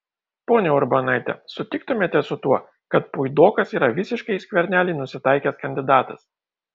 ponia urbonaite sutiktumėte su tuo kad puidokas yra visiškai į skvernelį nusitaikęs kandidatas